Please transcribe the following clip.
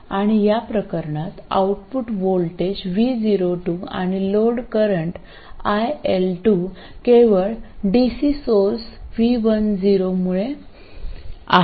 आणि या प्रकरणात आउटपुट व्होल्टेज vo2 आणि लोड करंट iL2 केवळ DC सोर्स v10 मुळे आहेत